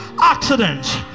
accidents